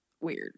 weird